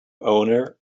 owner